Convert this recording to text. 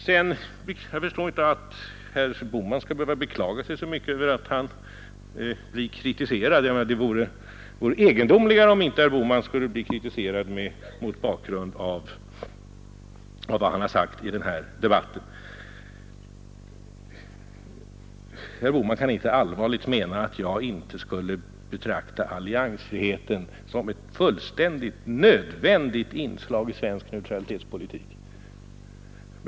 Sedan förstår jag inte varför herr Bohman beklagar sig så mycket över att han blir kritiserad. Det vore väl mera egendomligt om herr Bohman inte blev kritiserad, mot bakgrund av vad herr Bohman anfört i denna debatt. Herr Bohman kan ju inte på allvar mena att jag inte betraktar alliansfriheten som ett nödvändigt inslag i svensk neutralitetspolitik.